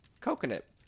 coconut